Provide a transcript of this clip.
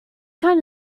kind